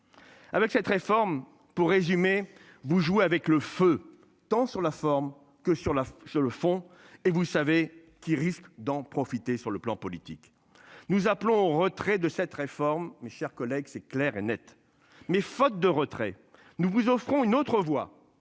avec cette réforme. Pour résumer, vous jouez avec le feu tant sur la forme que sur la, sur le fond et vous savez qui risque d'en profiter. Sur le plan politique. Nous appelons retrait de cette réforme, mes chers collègues. C'est clair et Net. Mais faute de retrait nous vous offrons une autre voie